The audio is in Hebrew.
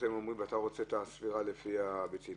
ואתה רוצה את הספירה לפי הביצים.